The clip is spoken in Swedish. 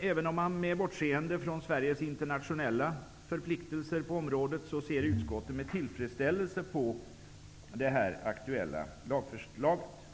Även med bortseende från Sveriges internationella förpliktelser på området ser utskottet med tillfredsställelse på det aktuella lagförslaget.